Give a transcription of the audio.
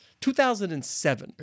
2007